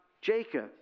Jacob